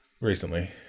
Recently